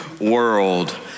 world